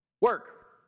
Work